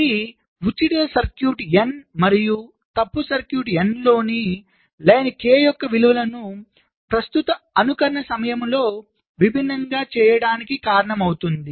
ఇది ఉచిత circuit N మరియు తప్పు సర్క్యూట్ N లోని పంక్తి k యొక్క విలువలను ప్రస్తుత అనుకరణ సమయంలో విభిన్నంగా చేయడానికి కారణమవుతుంది